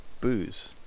booze